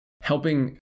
helping